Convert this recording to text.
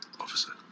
officer